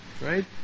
right